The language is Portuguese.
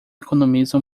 economiza